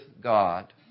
God